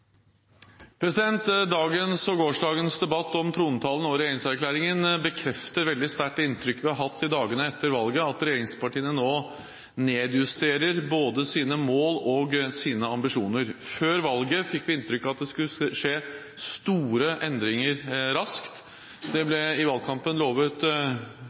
Dagens og gårsdagens debatt om trontalen og regjeringserklæringen bekrefter veldig sterkt det inntrykket vi har hatt i dagene etter valget, at regjeringspartiene nå nedjusterer både sine mål og sine ambisjoner. Før valget fikk vi inntrykk av at det skulle skje store endringer raskt. Det ble i valgkampen lovet